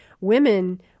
Women